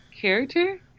character